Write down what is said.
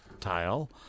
tile